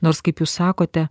nors kaip jūs sakote